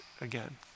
again